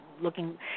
looking